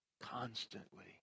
constantly